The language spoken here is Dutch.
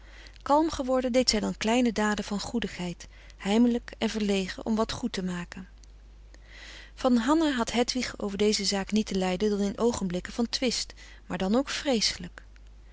kalm geworden deed zij dan kleine daden van goedigheid heimelijk en verlegen om wat goed te maken van hanna had hedwig over deze zaak niet te lijden dan in oogenblikken van twist maar dan ook vreeselijk